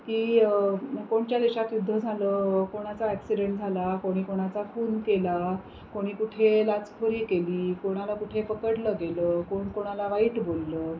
की कोणत्या देशात युद्ध झालं कोणाचा ॲक्सिडेंट झाला कोणी कोणाचा खून केला कोणी कुठे लाचखोरी केली कोणाला कुठे पकडलं गेलं कोण कोणाला वाईट बोललं